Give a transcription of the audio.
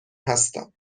هستم